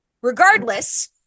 Regardless